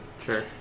Sure